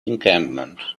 encampment